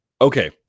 Okay